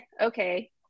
okay